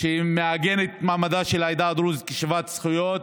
המעגנת את מעמדה של העדה הדרוזית כשוות זכויות.